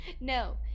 No